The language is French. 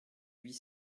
huit